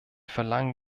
verlangen